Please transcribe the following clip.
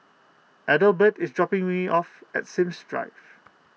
Adelbert is dropping me off at Sims Drive